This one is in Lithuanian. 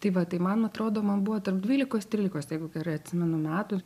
tai va tai man atrodo man buvo tarp dvylikos trylikos jeigu gerai atsimenu metų